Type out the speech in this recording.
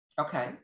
okay